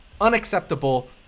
Unacceptable